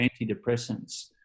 antidepressants